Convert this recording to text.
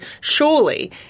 surely